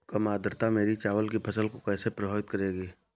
कम आर्द्रता मेरी चावल की फसल को कैसे प्रभावित करेगी?